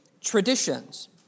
traditions